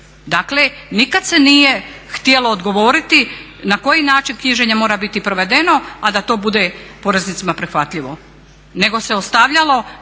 Dakle, nikad se nije htjelo odgovoriti na koji način knjiženje mora biti provedeno a da to bude poreznicima prihvatljivo nego se ostavljalo